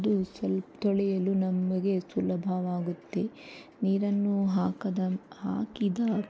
ಅದು ಸ್ವಲ್ಪ ತೊಳೆಯಲು ನಮಗೆ ಸುಲಭವಾಗುತ್ತೆ ನೀರನ್ನು ಹಾಕದ ಹಾಕಿದ